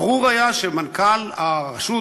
ברור היה שמנכ"ל הרשות,